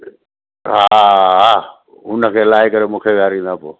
हा हा हुनखे लाए करे मूंखे वियारींदा पोइ